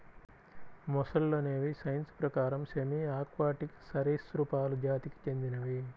మొసళ్ళు అనేవి సైన్స్ ప్రకారం సెమీ ఆక్వాటిక్ సరీసృపాలు జాతికి చెందినవి